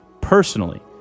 personally